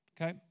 okay